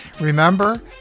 Remember